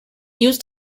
used